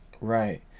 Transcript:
Right